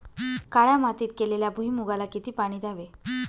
काळ्या मातीत केलेल्या भुईमूगाला किती पाणी द्यावे?